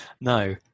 No